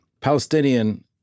Palestinian